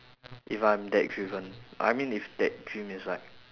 if I'm that driven I mean if that dream is like